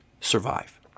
survive